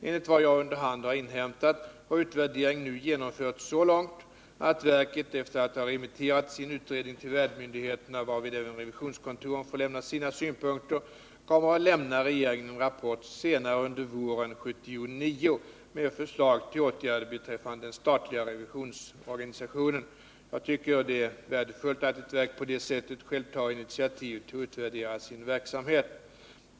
Enligt vad jag under hand har inhämtat har utvärderingen nu genomförts så långt att verket, efter att ha remitterat sin utredning till värdmyndigheterna varvid även revisionskontoren får lämna sina synpunkter, kommer att lämna regeringen en rapport senare under våren 1979 med förslag till åtgärder beträffande den statliga revisionsorganisationen. Jag tycker att det är värdefullt att ett verk på detta sätt självt tar initiativ till att utvärdera sin verksamhet.